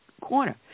corner